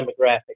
demographic